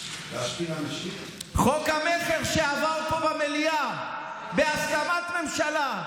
חוק המכר שעבר פה במליאה בהסכמת הממשלה,